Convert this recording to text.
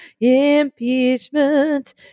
impeachment